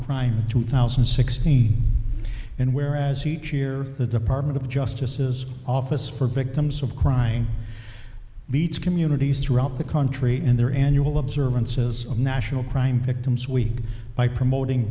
crime of two thousand and sixteen and where as each year the department of justice is office for victims of crying beach communities throughout the country and their annual observances of national crime victims week by promoting